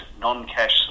non-cash